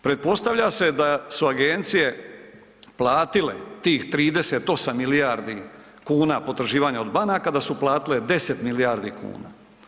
Pretpostavlja se da su agencije platile tih 38 milijarde kuna potraživanja od banaka, da su platile 10 milijardi kuna.